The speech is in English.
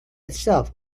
itself